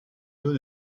taux